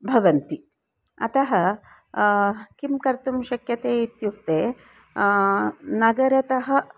भवन्ति अतः किं कर्तुं शक्यते इत्युक्ते नगरतः